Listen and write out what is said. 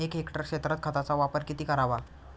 एक हेक्टर क्षेत्रात खताचा वापर किती करावा?